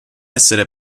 essere